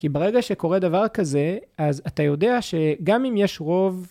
כי ברגע שקורה דבר כזה אז אתה יודע שגם אם יש רוב